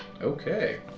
Okay